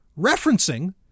referencing